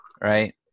right